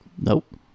Nope